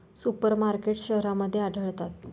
super markets शहरांमध्ये आढळतात